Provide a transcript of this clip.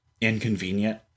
inconvenient